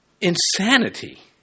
insanity